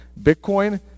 Bitcoin